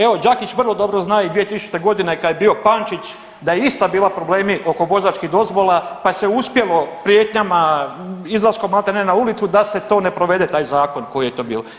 Evo, Đakić vrlo dobro zna i 2000. g. kad je bio Pančić da je ista bila problemi oko vozačkih dozvola pa se uspjelo prijetnjama, izlaskom maltene na ulicu da se to ne provede taj zakon koji je to bilo.